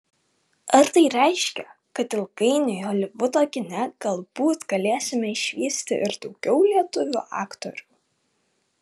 ar tai reiškia kad ilgainiui holivudo kine galbūt galėsime išvysti ir daugiau lietuvių aktorių